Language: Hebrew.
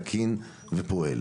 תקין ופועל.